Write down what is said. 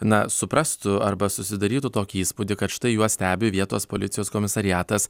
na suprastų arba susidarytų tokį įspūdį kad štai juos stebi vietos policijos komisariatas